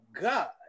God